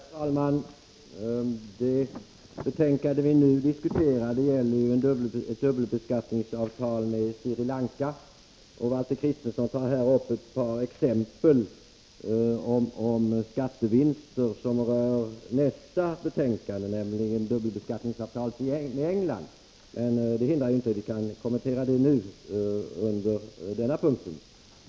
Herr talman! Det betänkande vi nu diskuterar gäller dubbelbeskattningsavtal med Sri Lanka, och Valter Kristenson tar här upp ett par exempel om skattevinster som rör nästa betänkande, nämligen dubbelbeskattningsavtalet med England. Men det hindrar inte att vi kan kommentera det under denna punkt.